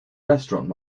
restaurant